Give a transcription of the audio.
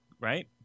Right